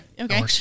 Okay